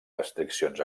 restriccions